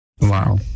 Wow